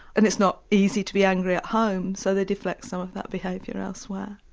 and it's not easy to be angry at home, so they deflect some of that behaviour elsewhere.